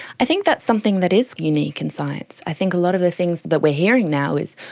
i think that's something that is unique in science. i think a lot of the things that we are hearing now is,